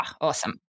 Awesome